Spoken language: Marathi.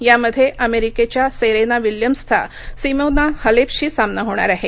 यामध्ये अमेरिकेच्या सेरेना विल्यम्सचा सिमोना हालेपशी सामना होणार आहे